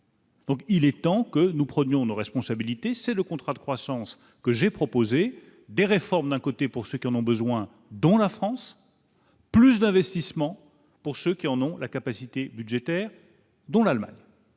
Donc il est temps que nous prenions nos responsabilités, c'est le contrat de croissance que j'ai proposé des réformes, d'un côté pour ceux qui en ont besoin, dont la France, plus d'investissements, pour ceux qui en ont la capacité budgétaire dont l'Allemagne.